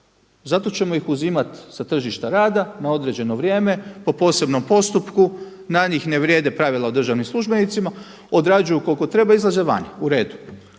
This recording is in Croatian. zato ćemo ih uzimat sa tržišta rada na određeno vrijeme po posebnom postupku, na njih ne vrijeme pravila o državnim službenicima, odrađuju koliko treba, izlaze vani, uredu.